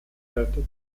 tätig